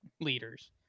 leaders